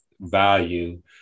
value